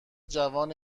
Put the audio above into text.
جوان